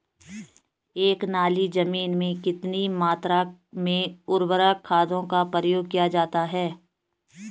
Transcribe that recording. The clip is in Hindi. एक नाली जमीन में कितनी मात्रा में उर्वरक खादों का प्रयोग किया जाता है?